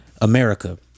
America